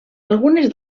algunes